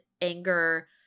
anger